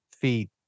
feet